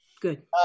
Good